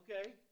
okay